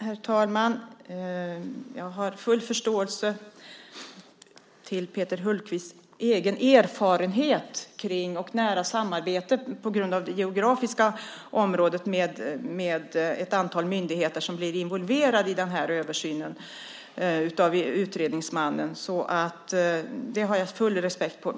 Herr talman! Jag har full förståelse för Peter Hultqvists egen erfarenhet och nära samarbete, på grund av det geografiska området, med ett antal myndigheter som blev involverade i den här översynen av utredningsmannen. Det har jag full respekt för.